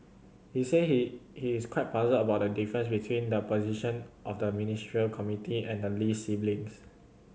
he said he he is quite puzzled about the difference between the position of the Ministerial Committee and the Lee siblings